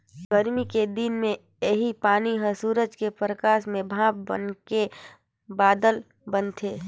गरमी के दिन मे इहीं पानी हर सूरज के परकास में भाप बनके बादर बनथे